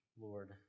Lord